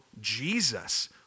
Jesus